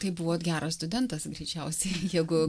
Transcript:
tai buvot geras studentas greičiausiai jeigu